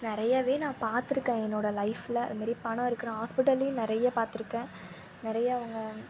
நிறையவே நான் பார்த்துருக்கேன் என்னோட லைஃப்பில் அது மாதிரி பணம் இருக்கிற ஹாஸ்பிட்டலையும் நிறைய பார்த்துருக்கேன் நிறைய அவங்க